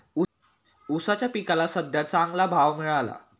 ऊसाच्या पिकाला सद्ध्या चांगला भाव मिळाला